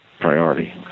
priority